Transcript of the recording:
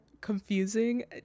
confusing